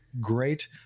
Great